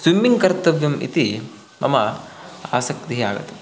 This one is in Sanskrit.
स्विम्मिङ्ग् कर्तव्यम् इति मम आसक्तिः आगता